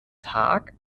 tag